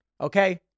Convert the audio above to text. Okay